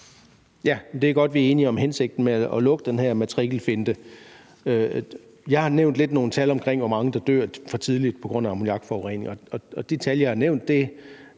Det er godt, vi er enige om hensigten med at lukke den her matrikelfinte. Jeg har nævnt nogle tal for, hvor mange der dør for tidligt på grund af ammoniakforurening. De tal, jeg har nævnt, er